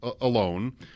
alone